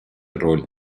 роль